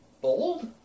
Bold